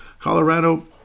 Colorado